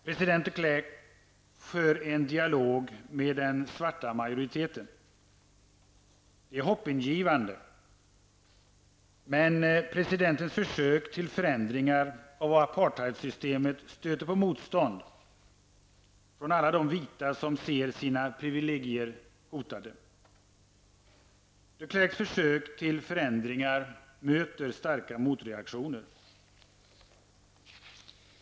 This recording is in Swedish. President de Klerk för en dialog med den svarta majoriteten. Det är hoppingivande, men presidentens försök till förändringar av apartheidsystemet stöter på motstånd från alla de vita som ser sina privilegier hotade. de Klerks försök till förändringar möter starka motreaktioner.